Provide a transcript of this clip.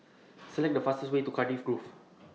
Select The fastest Way to Cardiff Grove